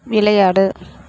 விளையாடு